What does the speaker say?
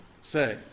say